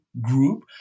group